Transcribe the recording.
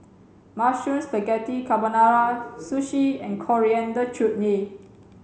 Mushroom Spaghetti Carbonara Sushi and Coriander Chutney